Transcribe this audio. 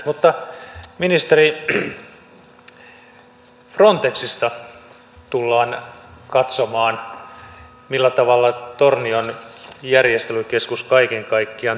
mutta ministeri frontexista tullaan katsomaan millä tavalla tornion järjestelykeskus kaiken kaikkiaan toimii